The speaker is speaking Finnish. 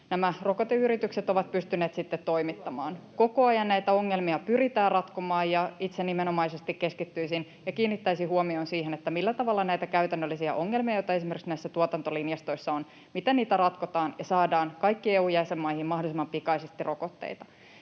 nämä rokoteyritykset ovat pystyneet sitten toimittamaan. Koko ajan näitä ongelmia pyritään ratkomaan, ja itse nimenomaisesti keskittyisin ja kiinnittäisin huomion siihen, millä tavalla näitä käytännöllisiä ongelmia, joita esimerkiksi näissä tuotantolinjastoissa on, ratkotaan ja saadaan kaikkiin EU:n jäsenmaihin mahdollisimman pikaisesti rokotteita.